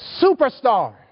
superstar